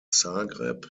zagreb